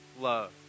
love